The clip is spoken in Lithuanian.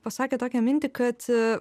pasakė tokią mintį kad